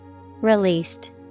Released